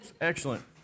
Excellent